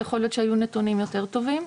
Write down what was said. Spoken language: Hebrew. יכול להיות שהיו נתונים יותר טובים.